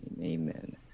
amen